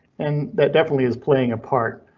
and that definitely is playing a part,